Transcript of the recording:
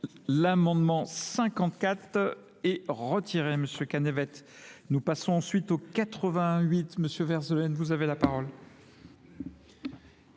l'amendement 54 est retiré, M. Cannevet. Nous passons ensuite au 88, M. Verzelaine, vous avez la parole.